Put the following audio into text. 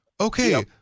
Okay